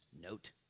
note